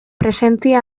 presentzia